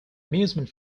amusement